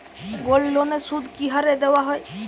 গোল্ডলোনের সুদ কি হারে দেওয়া হয়?